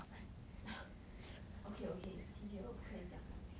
okay okay 七月我不可以讲